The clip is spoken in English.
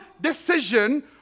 decision